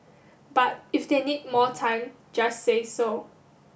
but if they need more time just say so